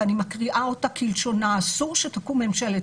ואני מקריאה אותה כלשונה: אסור שתקום ממשלת